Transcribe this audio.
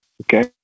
Okay